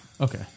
okay